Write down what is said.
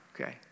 okay